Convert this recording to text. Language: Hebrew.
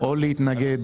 להתנגד